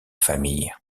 famille